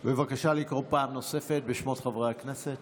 בבקשה לקרוא פעם נוספת בשמות חברי הכנסת.